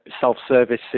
self-service